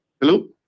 Hello